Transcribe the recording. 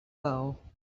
fell